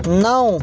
نو